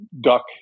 duck